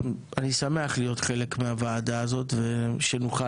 אני שמח להיות חלק מהוועדה הזאת ושנוכל